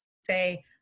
say